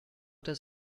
does